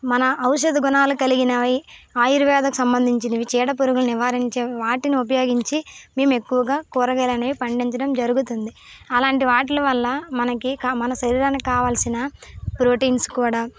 మన ఔషధ గుణాలు కలిగినవి ఆయుర్వేదానికి సంబంధించినవి చీడపురుగులు నివారించే వాటిని ఉపయోగించి మేము ఎక్కువగా కూరగాయలనేవి పండించడం జరుగుతుంది అలాంటి వాటివల్ల మనకి మన శరీరానికి కావలసిన ప్రోటీన్స్ కూడా